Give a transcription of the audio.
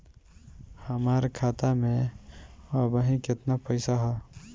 हमार खाता मे अबही केतना पैसा ह?